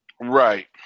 Right